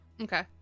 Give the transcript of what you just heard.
Okay